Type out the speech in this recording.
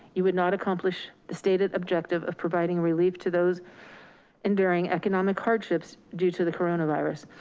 you would not accomplish the stated objective of providing relief to those enduring economic hardships due to the coronavirus.